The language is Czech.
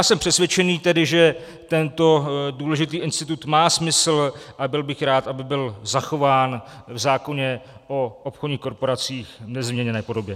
Jsem přesvědčen tedy, že tento důležitý institut má smysl, a byl bych rád, aby byl zachován v zákoně o obchodních korporacích v nezměněné podobě.